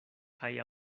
kaj